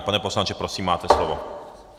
Pane poslanče, prosím, máte slovo.